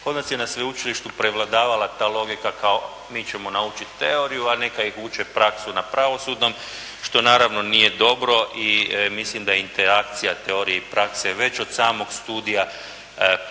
Kod nas je na sveučilištu prevladavala ta logika, kao mi ćemo naučiti teoriju, a neka ih uče praksu na pravosudnom što naravno nije dobro i mislim da je interakcija teorije i prakse već od samog studija pa